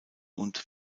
und